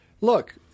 look